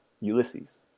Ulysses